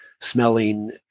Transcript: smelling